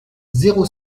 zéro